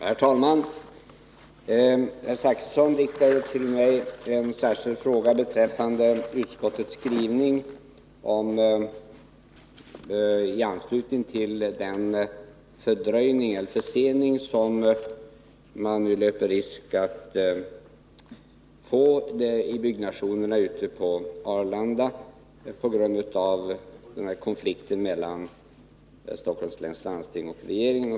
Herr talman! Herr Zachrisson riktade till mig en särskild fråga beträffande utskottets skrivning i anslutning till den försening som man nu löper risk att få i byggnationerna ute på Arlanda på grund av konflikten mellan Stockholms läns landsting och regeringen.